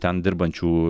ten dirbančių